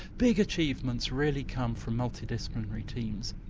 big achievements really come from multidisciplinary teams.